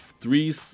three